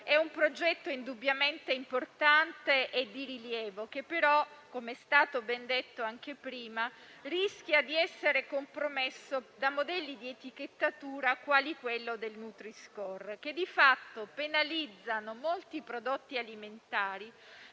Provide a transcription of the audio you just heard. È un progetto indubbiamente importante e di rilievo che però, come è stato ben detto anche prima, rischia di essere compromesso da modelli di etichettatura quali quello del nutri-score che di fatto penalizzano molti prodotti alimentari,